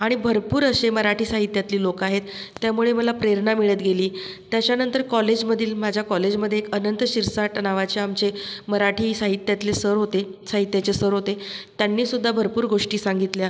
आणि भरपूर असे मराठी साहित्यातले लोक आहेत त्यामुळे मला प्रेरणा मिळत गेली त्याच्यानंतर कॉलेजमधील माझ्या कॉलेजमध्ये एक अनंत शिरसाट नावाचे आमचे मराठी साहित्यातले सर होते साहित्याचे सर होते त्यांनीसुद्धा भरपूर गोष्टी सांगितल्या